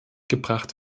gebracht